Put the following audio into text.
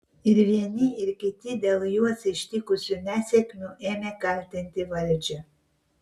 ir vieni ir kiti dėl juos ištikusių nesėkmių ėmė kaltinti valdžią